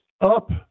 up